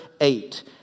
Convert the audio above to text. eight